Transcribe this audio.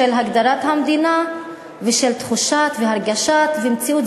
הגדרת המדינה ושל תחושת והרגשת ומציאות,